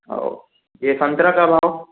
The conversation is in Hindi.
हओ ये संतरे का भाव